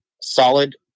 solid